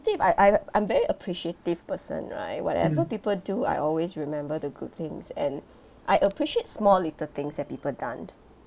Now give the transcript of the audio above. ~tive I I I'm very appreciative person right whatever people do I always remember the good things and I appreciate small little things that people done